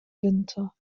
winter